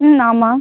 ம் ஆமாம்